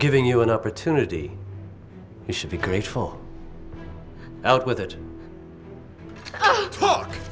giving you an opportunity you should be grateful out with it